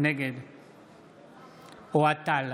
נגד אוהד טל,